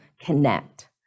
connect